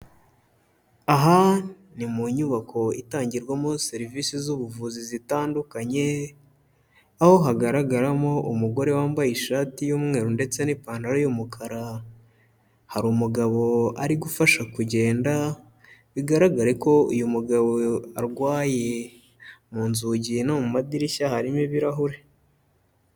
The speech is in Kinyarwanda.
Aha ni mu nyubako itangirwamo serivisi z'ubuvuzi zitandukanye, aho hagaragaramo umugore wambaye ishati y'umweru ndetse n'ipantaro y'umukara, hari umugabo ari gufasha kugenda, bigaragare ko uyu mugabo arwaye, mu nzugi no mu madirishya harimo ibirahure.